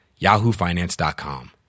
yahoofinance.com